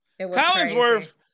Collinsworth